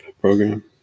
program